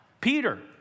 Peter